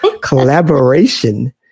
collaboration